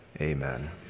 Amen